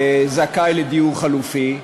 זכאי לדיור חלופי,